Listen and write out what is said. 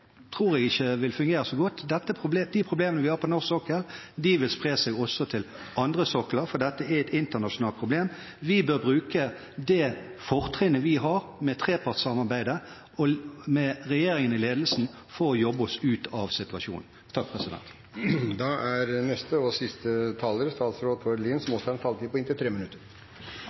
tror jeg ikke vil fungere så godt. De problemene vi har på norsk sokkel, vil spre seg også til andre sokler, for dette er et internasjonalt problem. Vi bør bruke det fortrinnet vi har med trepartssamarbeidet og med regjeringen i ledelsen for å jobbe oss ut av situasjonen. La meg takke for det som jeg i all hovedsak synes har vært en god debatt. Om helse, miljø og sikkerhet har